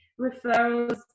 referrals